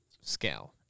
scale